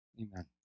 Amen